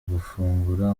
gufungura